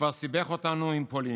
התשפ"א 2021,